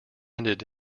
ended